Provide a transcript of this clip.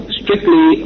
strictly